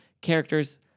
characters